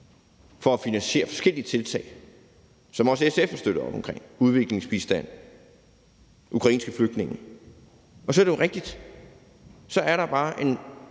for at finansiere forskellige tiltag, som også SF har støttet op omkring: udviklingsbistand og ukrainske flygtninge. Og så er det jo rigtigt, at der bare er